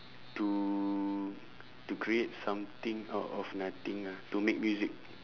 to to create something out of nothing ah to make music